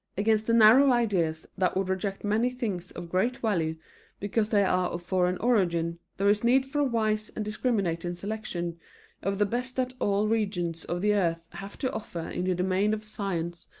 against the narrow ideas that would reject many things of great value because they are of foreign origin, there is need for a wise and discriminating selection of the best that all regions of the earth have to offer in the domain of science,